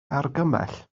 argymell